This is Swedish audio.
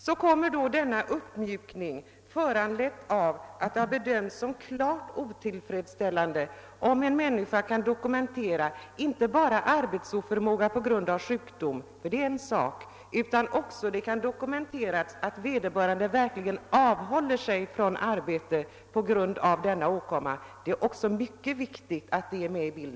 Så infördes då denna uppmjukning, föranledd av att det bedömdes som klart otillfredsställande att en person inte skulle kunna få ut sjukpenning om han kunde dokumentera inte bara arbetsoförmåga på grund av sjukdom — det är en sak — utan också att han verkligen avhållit sig från arbete på grund av denna åkomma; det senare är mycket viktigt.